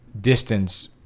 distance